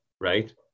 right